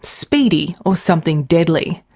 speedy, or something deadly.